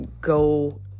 go